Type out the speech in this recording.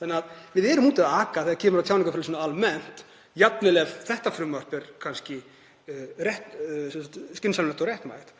Þannig að við erum úti að aka þegar kemur að tjáningarfrelsinu almennt, jafnvel þótt þetta frumvarp sé kannski skynsamlegt og réttmætt.